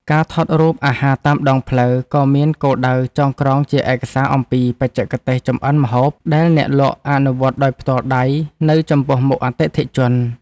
ការថតរូបអាហារតាមដងផ្លូវ ក៏មានគោលដៅចងក្រងជាឯកសារអំពីបច្ចេកទេសចម្អិនម្ហូបដែលអ្នកលក់អនុវត្តដោយផ្ទាល់ដៃនៅចំពោះមុខអតិថិជន។